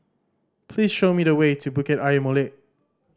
please show me the way to Bukit Ayer Molek